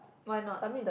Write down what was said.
why not